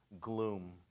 gloom